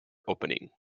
opening